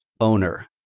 owner